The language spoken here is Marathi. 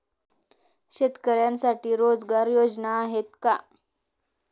शेतकऱ्यांसाठी रोजगार योजना आहेत का?